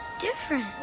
different